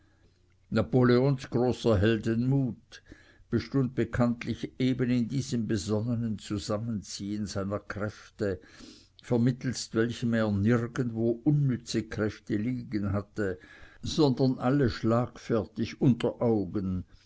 napoleons großer heldenmut bestund bekanntlich eben in diesem besonnenen zusammenziehen seiner kräfte vermittelst welchem er nirgendwo unnütze kräfte liegen hatte sondern alle schlagfertig unter augen